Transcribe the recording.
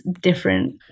different